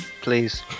Please